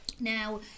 Now